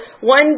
one